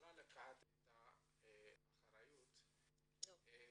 יכולה לקחת את האחריות --- לא.